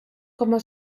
como